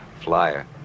flyer